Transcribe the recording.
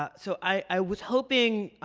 um so i was hoping,